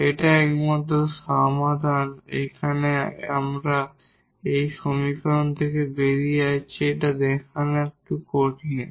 এটাই একমাত্র সমাধান এখানে আমরা এই সমীকরণ থেকে বেরিয়ে যাচ্ছি এটা দেখানো একটু কঠিন